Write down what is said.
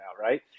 right